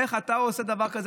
איך אתה עושה דבר כזה?